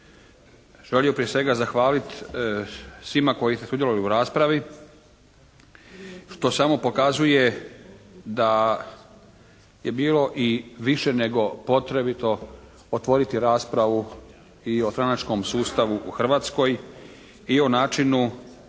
želio prije svega zahvaliti svima koji su sudjelovali u raspravi. Što samo pokazuje da je bilo i više nego potrebito otvoriti raspravu i o stranačkom sustavu u Hrvatskoj i o načinu